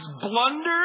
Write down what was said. blunders